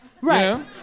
Right